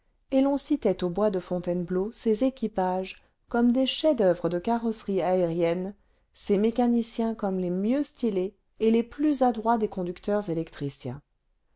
et l'on citait au bois de fontainebleau ses équipages comme des chefs-d'oeuvre de carrosserie aérienne ses mécaniciens comme les mieux stylés et les plus adroits des conducteurs électriciens